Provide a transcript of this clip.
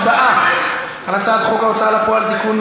להצבעה על הצעת חוק ההוצאה לפועל (תיקון,